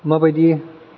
माबायदि